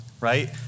right